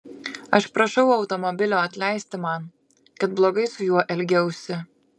aš prašau automobilio atleisti man kad blogai su juo elgiausi